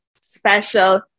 special